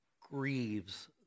grieves